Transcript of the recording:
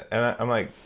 and i'm like,